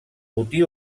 botí